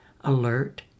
alert